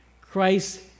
Christ